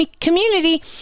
community